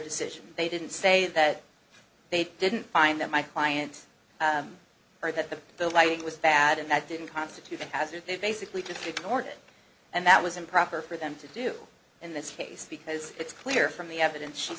decision they didn't say that they didn't find that my client or that the the lighting was bad and that didn't constitution as if they basically just ignored it and that was improper for them to do in this case because it's clear from the evidence she